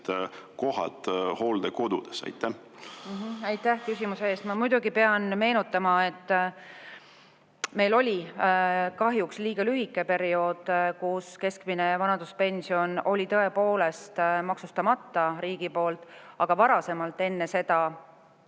kohad hooldekodudes? Aitäh küsimuse eest! Ma muidugi pean meenutama, et meil oli kahjuks liiga lühike periood, kus keskmine vanaduspension oli tõepoolest riigi poolt maksustamata. Varasemalt enne seda